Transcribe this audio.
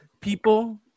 people